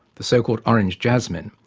the so-called orange jasmine,